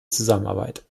zusammenarbeit